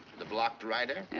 the blocked writer? yeah.